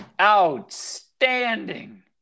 Outstanding